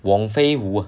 wong fei wu